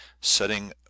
setting